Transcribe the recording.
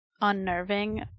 unnerving